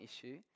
issue